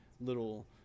little—